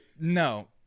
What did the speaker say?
No